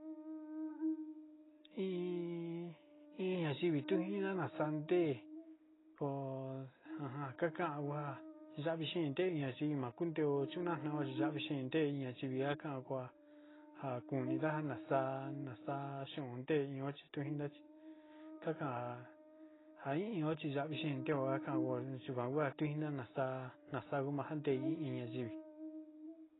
In ñayuivi tujinida ntesa kante chi o ñuu ja kaxiko ñayivi te ya'avize kante te ja ya'a chi tu kaxiko tna'ada ko kakan ja ya'avi kante. n ñayuivi tujinida ntesa kante chi o ñuu ja kaxiko ñayivi te ya'avize kante te ja ya'a chi tu kaxiko tna'ada ko kakan ja ya'avi kante.